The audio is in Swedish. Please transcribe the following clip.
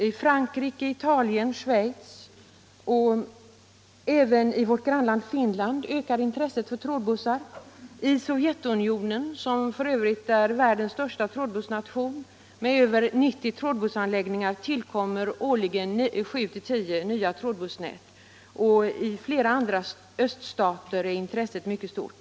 I Frankrike, Italien, Schweiz och även i vårt grannland Finland ökar intresset för trådbussar. I Sovjetunionen, som f. ö. är världens största trådbussnation med över 90 trådbussanläggningar, tillkommer årligen 7-10 nya trådbussnät. Även i flera andra öststater är intresset mycket stort.